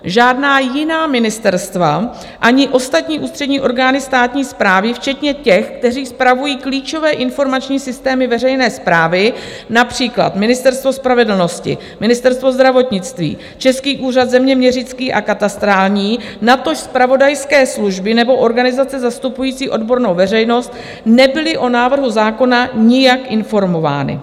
Žádná jiná ministerstva ani ostatní ústřední orgány státní správy, včetně těch, kteří spravují klíčové informační systémy veřejné správy, například Ministerstvo spravedlnosti, Ministerstvo zdravotnictví, Český úřad zeměměřický a katastrální, natož zpravodajské služby nebo organizace zastupující odbornou veřejnost, nebyly o návrhu zákona nijak informovány.